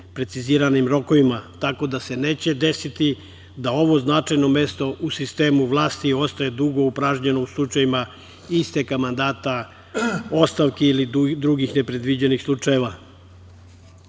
preciziranim rokovima, tako da se neće desiti da ovo značajno mesto u sistemu vlasti ostaje dugo upražnjeno u slučajevima isteka mandata, ostavki i drugih nepredviđenih slučajeva. Predviđena